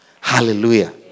Hallelujah